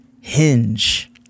Hinge